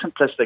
simplistic